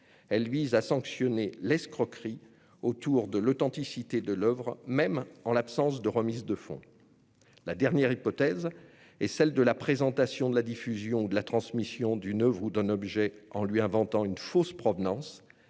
Elle vise à sanctionner l'escroquerie sur l'authenticité de l'oeuvre, même en l'absence de remise de fonds. La dernière hypothèse est celle de la présentation, de la diffusion ou de la transmission d'une oeuvre ou d'un objet en lui inventant une fausse provenance.